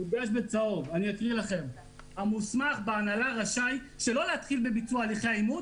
אני אקרא לכם: "המוסמך בהנהלה רשאי שלא להתחיל בביצוע הליכי האימות,